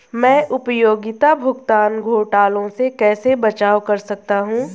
मैं उपयोगिता भुगतान घोटालों से कैसे बचाव कर सकता हूँ?